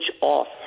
off